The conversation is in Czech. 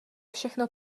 všechno